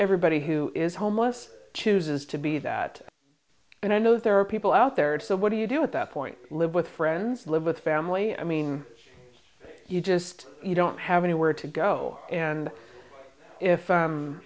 everybody who is homeless chooses to be that and i know there are people out there and so what do you do at that point live with friends live with family i mean you just you don't have anywhere to go and if